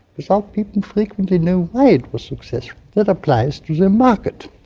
without people frequently knowing why it was successful. that applies to the market.